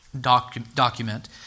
document